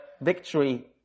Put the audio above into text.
victory